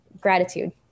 gratitude